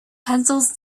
pencils